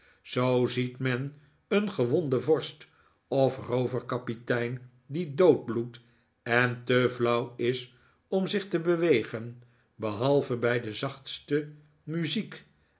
zoo ziet men een gewonden vorst of rooverkapitein die doodbloedt en te flauw is om zich te bewegen behalve bij de zachtste muziek